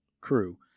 crew